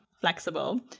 flexible